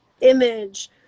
image